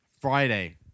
Friday